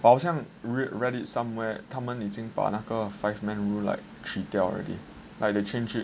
我好像 read it somewhere 他们已经把那个 five man rule like 去掉 already like they change it